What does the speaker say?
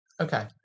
okay